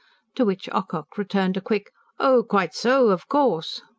to which ocock returned a quick oh, quite so. of course.